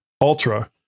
ultra